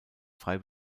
frei